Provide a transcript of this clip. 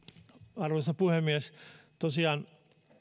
arvoisa puhemies tosiaan